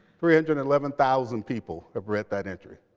three hundred and eleven thousand people have read that entry.